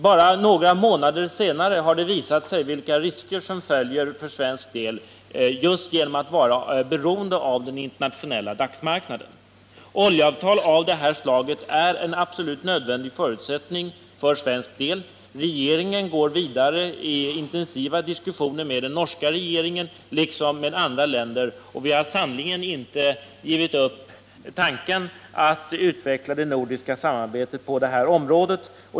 Bara några månader senare visade det sig vilka risker det innebär för svensk del att vara beroende av den internationella dagsmarknaden. Oljeavtal av det här slaget är nödvändiga för Sverige. Regeringen går vidare iintensiva diskussioner med den norska regeringen liksom med andra länder. Vi har sannerligen inte givit upp tanken att utveckla det nordiska samarbetet på det här området.